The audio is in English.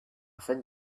thin